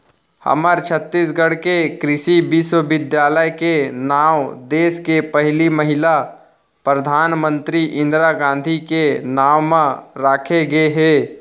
हमर छत्तीसगढ़ के कृषि बिस्वबिद्यालय के नांव देस के पहिली महिला परधानमंतरी इंदिरा गांधी के नांव म राखे गे हे